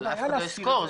אף אחד לא ישכור.